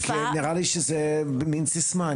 כי נראה לי שזו מן סיסמה,